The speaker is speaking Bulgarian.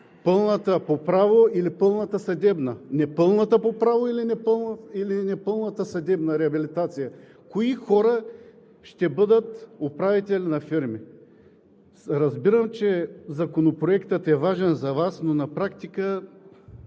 Пълната по право или пълната съдебна, непълната по право или непълната съдебна реабилитация? Кои хора ще бъдат управители на фирми? Разбирам, че Законопроектът е важен за Вас, но на практика